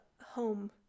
Home